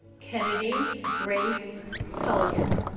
kennady grace culican